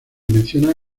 menciona